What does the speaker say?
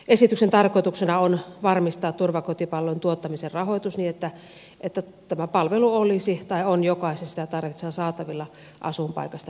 esityksen tarkoituksena on varmistaa turvakotipalvelujen tuottamisen rahoitus niin että tämä palvelu on jokaisen sitä tarvitsevan saatavilla asuinpaikasta riippumatta